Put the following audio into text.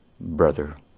brother